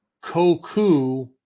Koku